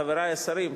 חברי השרים,